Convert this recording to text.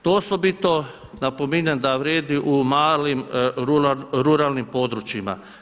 To osobito napominjem da vrijedi u malim ruralnim područjima.